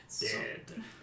dead